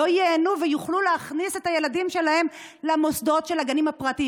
לא ייהנו ויוכלו להכניס את הילדים שלהם למוסדות של הגנים הפרטיים?